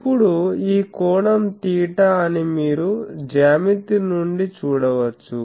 ఇప్పుడు ఈ కోణం తీటా అని మీరు జ్యామితి నుండి చూడవచ్చు